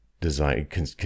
design